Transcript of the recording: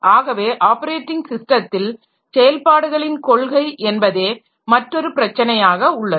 ஆகவே ஆப்பரேட்டிங் ஸிஸ்டத்தில் செயல்பாடுகளின் கொள்கை என்பதே மற்றொரு பிரச்சனையாக உள்ளது